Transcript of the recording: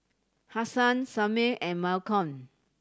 Hasan Samir and Malcom